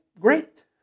great